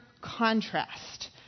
contrast